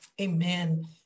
Amen